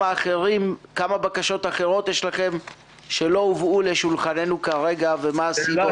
כמה בקשות אחרות יש לכם שלא הובאו לשולחננו כרגע ומה הסיבות?